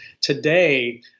Today